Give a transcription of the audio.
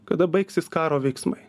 kada baigsis karo veiksmai